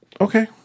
Okay